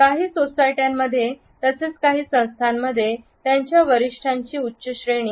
काही सोसायट्यांमध्ये तसेच काही संस्थांमध्ये त्यांच्या वरिष्ठांची उच्च श्रेणी